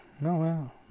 No